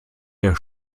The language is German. der